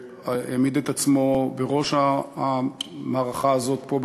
שהעמיד את עצמו בראש המערכה הזאת פה,